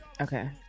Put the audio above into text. Okay